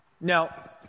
Now